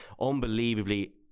unbelievably